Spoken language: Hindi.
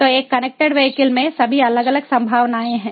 तो एक कनेक्टेड वीहिकल में सभी अलग अलग संभावनाएं है